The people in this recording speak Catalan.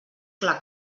clar